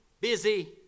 busy